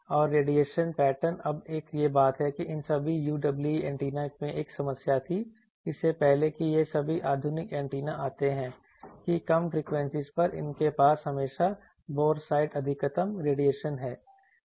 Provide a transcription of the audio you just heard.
और radiation pattern अब एक बात यह है कि इन सभी UWE एंटेना में एक समस्या थी इससे पहले कि ये सभी आधुनिक एंटेना आते हैं कि कम फ्रीक्वेंसीज पर इनके पास हमेशा बोर साइट अधिकतम रेडिएशन हैं